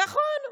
נכון.